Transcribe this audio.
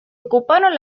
ocuparon